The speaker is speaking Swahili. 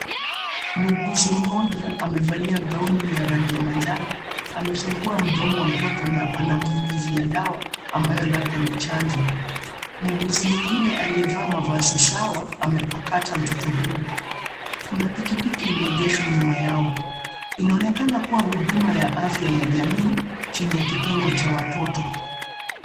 Muuguzi mmoja amevalia gauni ya rangi njano amefungua mdomo wa mtoto na anamnyunyuzia dawa ambayo labda ni chanjo. Muuguzi mwingine aliyevaa mavazi sawa amepakata mtoto huyu. Kuna pikipiki imeegeshwa nyuma yao. Inaonekana kuwa huduma ya afya ya jamii chini ya kitengo cha watoto.